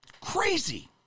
Crazy